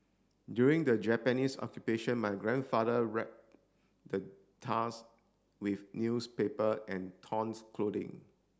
during the Japanese Occupation my grandfather wrapped the tusk with newspaper and trons clothing